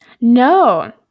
no